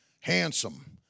handsome